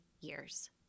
years